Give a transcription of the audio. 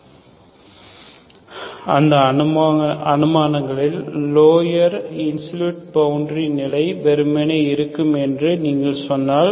இந்த போன்ற இந்த ஈக்குவேஷன் நீங்கள் பார்க்க uxxlower order terms0 அது பாரபோலிக் ஈக்குவேஷன் ஏன் என்று பெரும்பாலான செகண்ட் ஆர்டர் நேரியல் டிபரன்சியல் ஈக்குவேஷன் அதனால் நீங்கள் அதை சில புதிய வேரியபில் மற்றும் மாற்றியமைக்க வேண்டும்